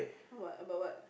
what about what